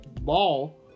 ball